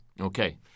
Okay